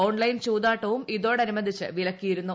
online ചൂതാട്ടവും ഇതോടനുബന്ധിച്ച് വിലക്കിയിരുന്നു